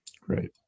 Great